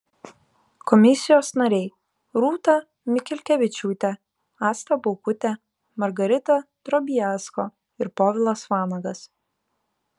komisijos nariai rūta mikelkevičiūtė asta baukutė margarita drobiazko ir povilas vanagas